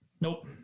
Nope